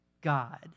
God